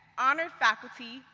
honored faculty,